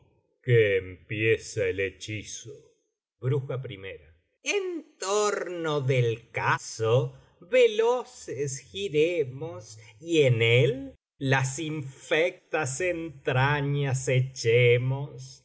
que empieza el hechizo en torno del cazo veloces giremos y en él las infectas entrañas echemos